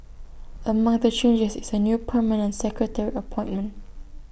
among the changes is A new permanent secretary appointment